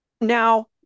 now